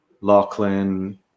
Lachlan